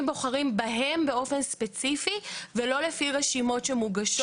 בוחרים בהם באופן ספציפי ולא לפי רשימות שמוגשות